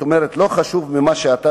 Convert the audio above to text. כלומר לא חשוב ממה אתה סובל,